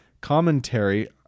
commentary